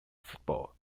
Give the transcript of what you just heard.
football